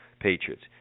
Patriots